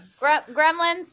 Gremlins